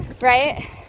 Right